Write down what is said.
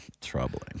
troubling